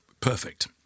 perfect